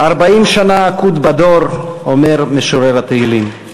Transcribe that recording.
"ארבעים שנה אקוט בדור", אומר משורר תהילים.